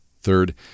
Third